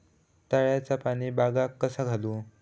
तळ्याचा पाणी बागाक कसा घालू?